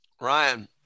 Ryan